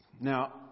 Now